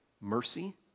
mercy